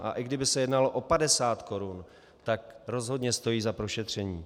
A i kdyby se jednalo o 50 korun, tak rozhodně stojí za prošetření.